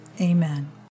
Amen